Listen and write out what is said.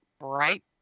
right